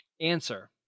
Answer